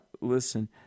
Listen